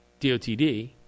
DOTD